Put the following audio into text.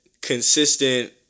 consistent